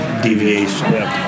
deviation